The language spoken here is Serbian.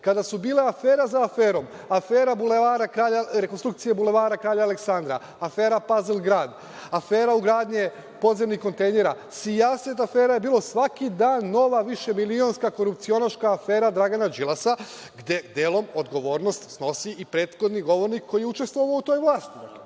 kada su bile afera za aferom. Afera rekonstrukcija Bulevara kralja Aleksandra, afera „Pazlgrad“, afera ugradnje podzemnih kontejnera. Sijaset afera je bilo, svaki dan nova višemilionska, korupcionaška afera Dragana Đilasa, gde delom odgovornost snosi i prethodni govornik koji je učestvovao u toj vlasti,